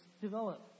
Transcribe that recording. develop